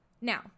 now